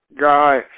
Guy